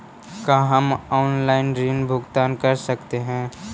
का हम आनलाइन ऋण भुगतान कर सकते हैं?